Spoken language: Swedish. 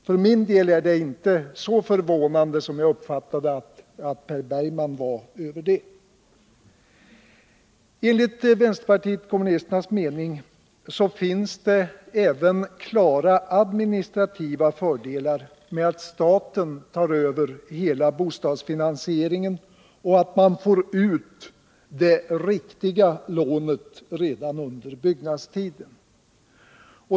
För min del är jag alltså inte så förvånad som Per Bergman verkade vara. Enligt vpk:s mening finns det även klara administrativa fördelar med att staten tar över hela bostadsfinansieringen och att man får ut det ”riktiga” lånet redan under byggnadstiden.